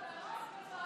להלן התוצאות,